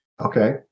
Okay